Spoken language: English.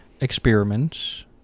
experiments